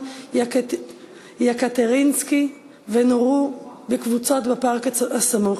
יקטרינינסקי ונורו בקבוצות בפארק הסמוך.